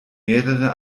mehrere